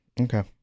Okay